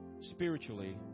spiritually